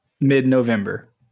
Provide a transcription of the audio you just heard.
mid-November